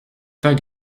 faire